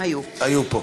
היו פה.